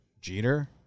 Jeter